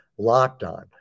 LOCKEDON